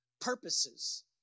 purposes